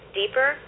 deeper